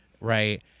Right